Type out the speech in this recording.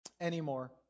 anymore